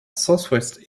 southeast